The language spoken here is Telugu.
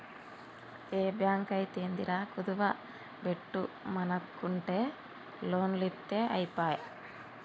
ఏ బాంకైతేందిరా, కుదువ బెట్టుమనకుంట లోన్లిత్తె ఐపాయె